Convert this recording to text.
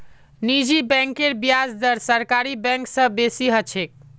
निजी बैंकेर ब्याज दर सरकारी बैंक स बेसी ह छेक